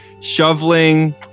shoveling